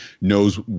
knows